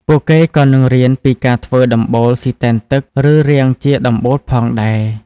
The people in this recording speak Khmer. ពួកគេក៏នឹងរៀនពីការធ្វើដំបូលស៊ីទែនទឹកឬរាងជាដំបូលផងដែរ។